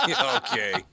Okay